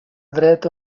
dret